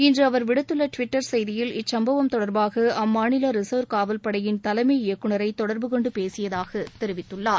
இன்று அவர் விடுத்துள்ள டுவிட்டர் செய்தியில் இச்சம்பவம் தொடர்பாக அம்மாநில ரிச்வ் காவல் படையின் தலைமை இயக்குனரை தொடர்புகொண்டு பேசியதாக தெரிவித்துள்ளார்